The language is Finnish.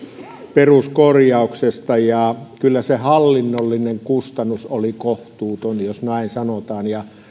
peruskorjauksesta ja kyllä se hallinnollinen kustannus oli kohtuuton jos näin sanotaan ja